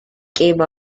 came